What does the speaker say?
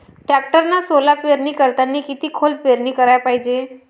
टॅक्टरनं सोला पेरनी करतांनी किती खोल पेरनी कराच पायजे?